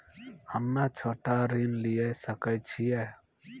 हम्मे छोटा ऋण लिये सकय छियै?